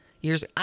Years